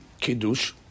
Kiddush